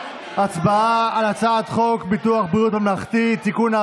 הצבעה על הצעת חוק ביטוח בריאות ממלכתי (תיקון,